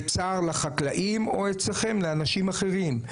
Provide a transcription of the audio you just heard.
וצער לחקלאים או אצלכם לאנשים אחרים.